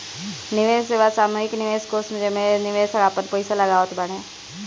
निवेश सेवा सामूहिक निवेश कोष जेमे निवेशक आपन पईसा लगावत बाने